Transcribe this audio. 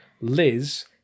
Liz